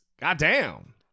goddamn